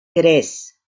tres